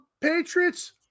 Patriots